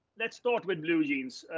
let's start with blue jeans.